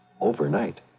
overnight